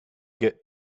get